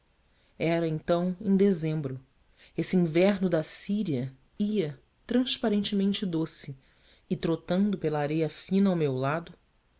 era então em dezembro esse inverno da síria ia transparentemente doce e trotando pela areia fina ao meu lado